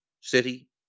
City